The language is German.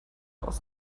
aus